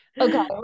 Okay